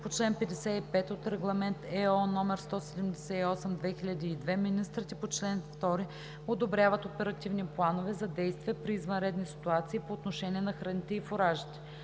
по чл. 55 от Регламент (ЕО) № 178/2002 министрите по чл. 2 одобряват оперативни планове за действие при извънредни ситуации по отношение на храните и фуражите.